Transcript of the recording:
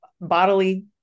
bodily